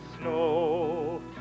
snow